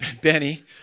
Benny